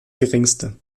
geringste